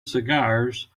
cigars